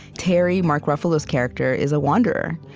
terry, mark ruffalo's character, is a wanderer.